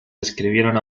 describieron